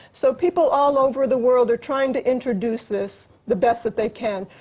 so people all over the world are trying to introduce this the best that they can.